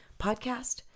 podcast